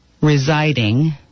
residing